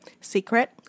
Secret